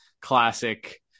classic